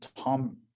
Tom